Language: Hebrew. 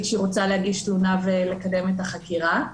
שהיא רוצה להגיש תלונה ולקדם את החקירה.